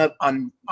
on